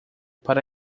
para